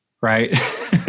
right